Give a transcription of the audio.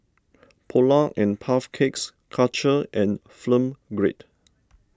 Polar and Puff Cakes Karcher and Film Grade